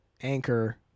anchor